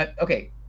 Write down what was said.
Okay